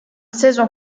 saison